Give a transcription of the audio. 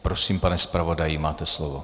Prosím, pane zpravodaji, máte slovo.